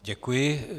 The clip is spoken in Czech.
Děkuji.